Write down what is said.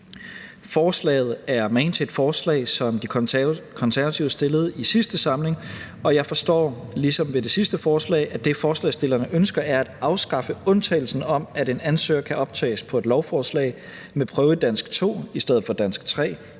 Forslaget er magen til et forslag, som De Konservative fremsatte i sidste samling, og jeg forstår – ligesom ved det sidste forslag – at det, som forslagsstillerne ønsker, er at afskaffe undtagelsen om, at en ansøger kan optages på et lovforslag med prøve i dansk 2 i stedet for i dansk 3,